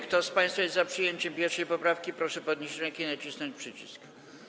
Kto z państwa jest za przyjęciem 1. poprawki, proszę podnieść rękę i nacisnąć przycisk.